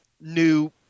new